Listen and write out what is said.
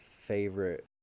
favorite